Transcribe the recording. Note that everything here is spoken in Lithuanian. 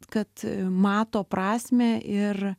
kad mato prasmę ir